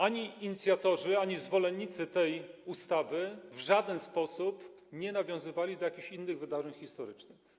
Ani inicjatorzy, ani zwolennicy tej ustawy w żaden sposób nie nawiązywali do jakichś innych wydarzeń historycznych.